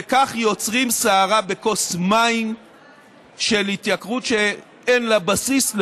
וכך יוצרים סערה בכוס מים של התייקרות שאין לה בסיס,